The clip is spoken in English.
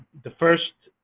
the first